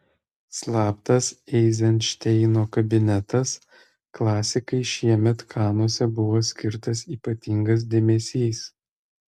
slaptas eizenšteino kabinetas klasikai šiemet kanuose buvo skirtas ypatingas dėmesys